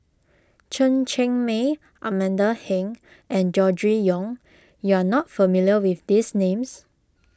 Chen Cheng Mei Amanda Heng and Gregory Yong you are not familiar with these names